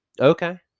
Okay